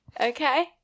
Okay